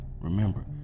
remember